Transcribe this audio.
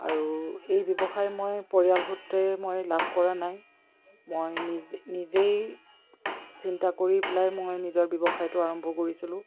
আৰু এই ব্যৱসায় মই পৰিয়াল সূত্ৰে মই লাভ কৰা নাই মই নিজে নিজেই চিন্তা কৰি পেলাই মই নিজৰ ব্যৱসায়টো আৰম্ভ কৰিছিলোঁ